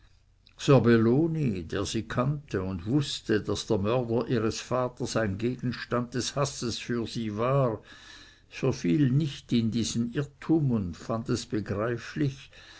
serbelloni der sie kannte und wußte daß der mörder ihres vaters ein gegenstand des hasses für sie war verfiel nicht in diesen irrtum und fand es begreiflich